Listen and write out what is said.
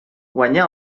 guanyà